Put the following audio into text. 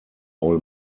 all